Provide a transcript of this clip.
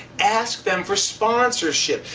ask them for sponsorship.